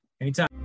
Anytime